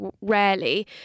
rarely